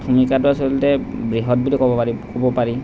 ভূমিকাটো আচলতে বৃহৎ বুলি ক'ব পাৰি